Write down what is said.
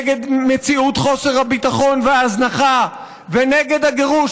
נגד מציאות חוסר הביטחון וההזנחה ונגד הגירוש,